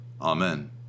Amen